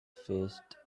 fist